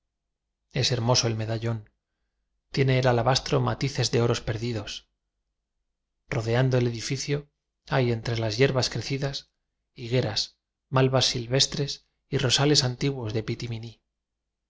es hermoso el medallón tiene el ala bastro matices de oros perdidos ro deando el edificio hay entre las hierbas crecidas higueras malvas silvestres y ro sales antiguos de pitiminí